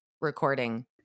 recording